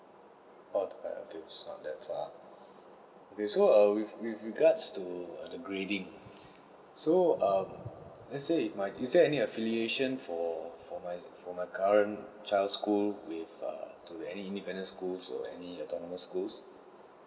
oh okay it is not that far okay so err with with regards to the grading so um let's say if my is there any affiliation for for my current child's school with err to any independent schools or any autonomous schools